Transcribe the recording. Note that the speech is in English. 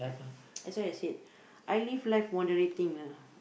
that's why I said I live life moderating lah